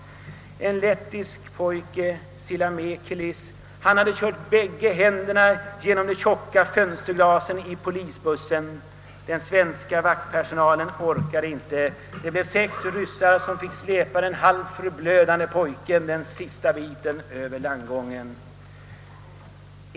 En lettisk pojke, Silamekelis, hade kört bägge händerna genom de tjocka fönsterglasen i polisbussen. Den svenska vaktpersonalen orkade inte — det blev sex ryssar som fick släpa den halvt förblödde pojken den sista biten över landgången.